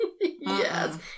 Yes